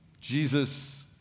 Jesus